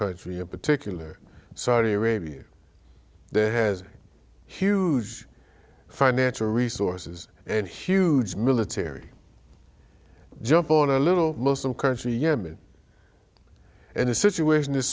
country in particular saudi arabia that has financial resources and huge military jump on a little muslim country yemen and the situation is